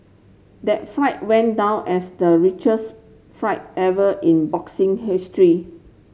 that flight went down as the richest flight ever in boxing history